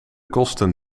kosten